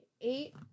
Eight